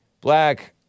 black